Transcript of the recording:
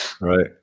Right